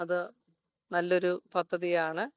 അതു നല്ലൊരു പദ്ധതിയാണ്